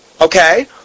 Okay